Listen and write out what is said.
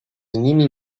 nimi